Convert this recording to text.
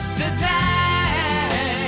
today